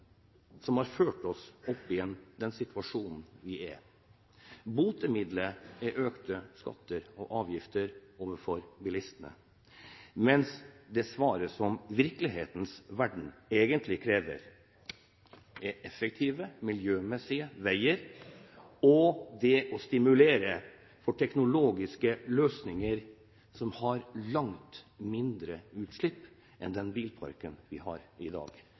som har ført oss opp i den situasjonen vi er i. Botemidlet er økte skatter og avgifter for bilistene, mens det svaret som virkelighetens verden egentlig krever, er effektive, miljømessige veier og det å stimulere til teknologiske løsninger som har langt mindre utslipp enn den bilparken vi har i dag.